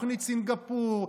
תוכנית סינגפור,